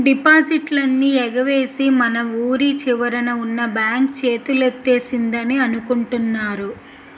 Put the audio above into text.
డిపాజిట్లన్నీ ఎగవేసి మన వూరి చివరన ఉన్న బాంక్ చేతులెత్తేసిందని అనుకుంటున్నారు